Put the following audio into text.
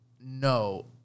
No